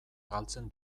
galtzen